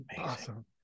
awesome